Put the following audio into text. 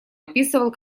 описывал